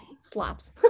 Slaps